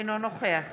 אינו נוכח